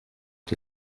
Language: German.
die